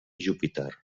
júpiter